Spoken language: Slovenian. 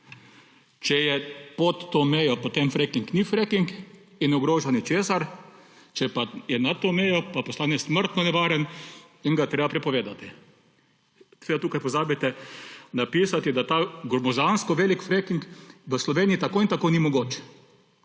Če je pod to mejo, potem fracking ni fracking in ne ogroža ničesar. Če pa je nad to mejo pa postane smrtno nevaren in ga je treba prepovedati. Seveda tukaj pozabite napisati, da ta gromozansko velik fracking v Sloveniji tako in tako ni mogoč.